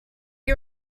you